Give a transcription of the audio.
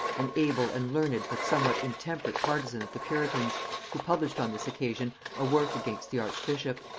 an able and learned but somewhat intemperate partisan of the puritans who published on this occasion a work against the archbishop.